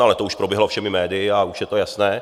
Ale to už proběhlo všemi médii a už je to jasné.